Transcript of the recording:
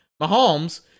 Mahomes